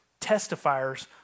testifiers